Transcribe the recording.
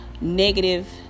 negative